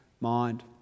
mind